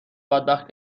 بدبخت